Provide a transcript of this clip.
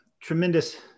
tremendous